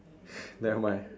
nevermind